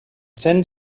send